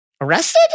arrested